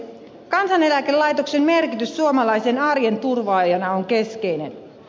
kansaneläkelaitoksen merkitys suomalaisen arjen turvaajana on keskeinen